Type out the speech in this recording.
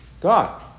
God